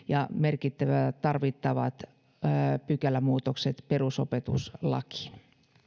ja merkittävä tarvittavat pykälämuutokset perusopetuslakiin